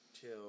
till